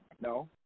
no